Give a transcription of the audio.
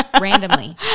randomly